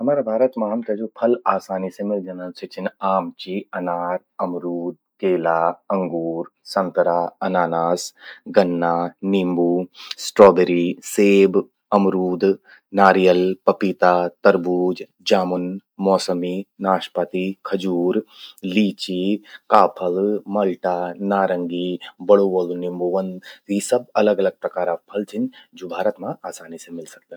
हमारा भारत मां हमते ज्वो फल आसानी से मिल जंदन। सी छिन आम चि, अनार, अमरूद, केला, अंगूर, संतरा, अन्नानास, गन्ना, नींबू, स्ट्रॉबेरी, सेब, अमरूद, नारियल, पपीता, तरबूज, जामुन, मौसमी, नाशपाती, खजूर, लीची, काफल, मल्टा, नारंगी, बड़ू वलु नींबू व्हंद। त यी सब अलग अलग प्रकारा फल छिन, ज्वो भारत मां आसानी से मिलदन।